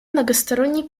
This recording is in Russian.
многосторонний